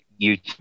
YouTube